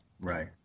Right